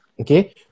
okay